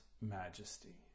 majesty